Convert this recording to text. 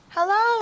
Hello